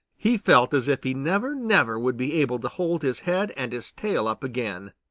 he felt as if he never, never would be able to hold his head and his tail up again.